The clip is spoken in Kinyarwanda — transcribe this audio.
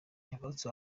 munsi